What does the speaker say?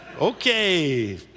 Okay